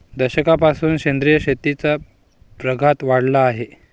दशकापासून सेंद्रिय शेतीचा प्रघात वाढला आहे